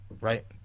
right